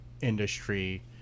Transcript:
industry